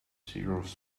cereals